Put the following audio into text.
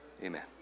Amen